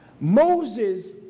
moses